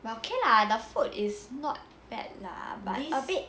but okay lah the food is not bad lah but a bit